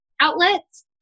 outlets